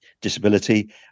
disability